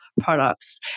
products